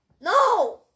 No